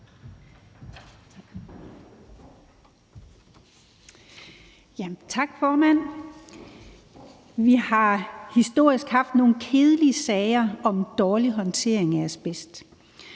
Tak, formand. Vi har historisk haft nogle kedelige sager om dårlig håndtering af asbest.